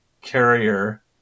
carrier